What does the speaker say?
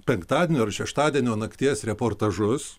penktadienio ar šeštadienio nakties reportažus